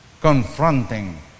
Confronting